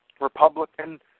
republican